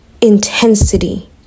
intensity